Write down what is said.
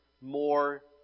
more